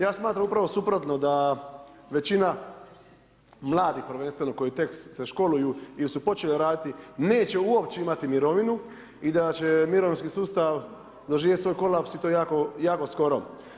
Ja smatram upravo suprotno da većina mladih prvenstveno koji tek se školuju ili su počeli raditi neće uopće imati mirovinu i da će mirovinski sustav doživjeti svoj kolaps i to jako, jako skoro.